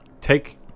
Take